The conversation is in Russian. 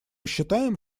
считаем